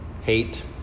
Hate